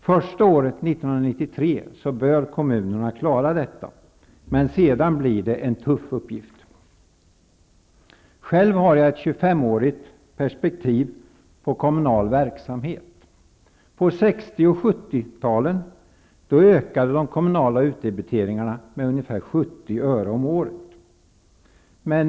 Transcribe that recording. Första året 1993 bör kommunerna klara detta, men sedan blir det en tuff uppgift. Själv har jag ett 25-årigt perspektiv på kommunal verksamhet. Under 60 och 70-talen ökade de kommunala utdebiteringarna med ca 70 öre om året.